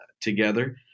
together